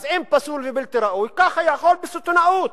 אז אם פסול ובלתי ראוי, ככה, יכול בסיטונות.